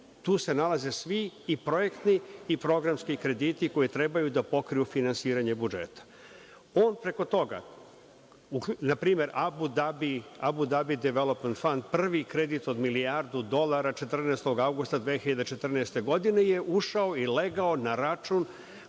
tu se nalaze svi i projektni i programski krediti koji trebaju da pokriju finansiranje budžeta. On preko toga, na primer Abu Dabi, prvi kredit od milijardu dolara 14. avgusta 2014. godine je ušao i legao na račun